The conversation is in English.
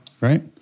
right